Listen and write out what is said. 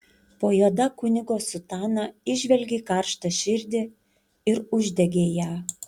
po juoda kunigo sutana įžvelgei karštą širdį ir uždegei ją